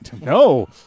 No